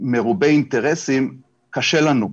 ומרובי אינטרסים קשה לנו,